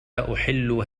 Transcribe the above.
أحل